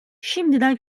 şimdiden